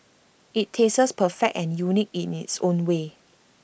IT tastes perfect and unique in its own way